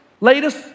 latest